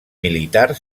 militar